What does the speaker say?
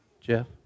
Jeff